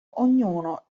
ognuno